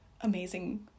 amazing